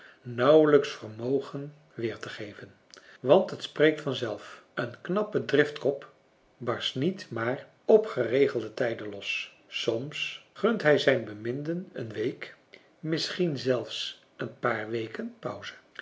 nauwelijks vermogen weer te geven want het spreekt van zelf een knappe driftkop barst niet maar op geregelde tijden los soms gunt hij zijn beminden een week misschien zelfs een paar weken pauze